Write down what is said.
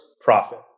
profit